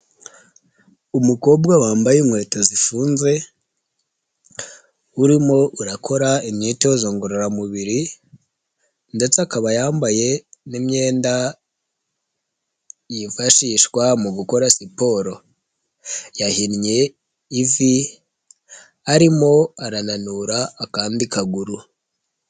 Umukobwa wambaye inkweto zifunze, urimo urakora imyitozo ngororamubiri ndetse akaba yambaye n'imyenda yifashishwa mu gukora siporo. Yahinnye ivi, arimo arananura akandi kaguru.